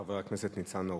חבר הכנסת ניצן הורוביץ.